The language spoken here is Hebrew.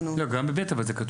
גם ב-(ב) זה כתוב.